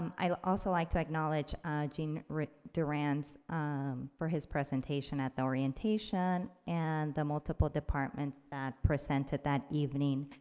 um i'd also like to acknowledge gene durans for his presentation at the orientation and the multiple department that presented that evening.